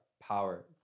power